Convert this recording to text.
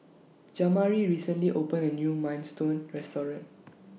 Jamari recently opened A New Minestrone Restaurant